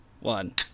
one